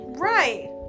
Right